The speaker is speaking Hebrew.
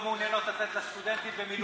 לא מעוניינים לתת לסטודנטים במילואים קרדיט.